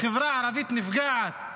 החברה הערבית נפגעת,